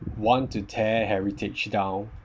want to tear heritage down